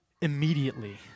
immediately